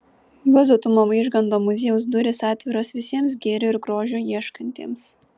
juozo tumo vaižganto muziejaus durys atviros visiems gėrio ir grožio ieškantiems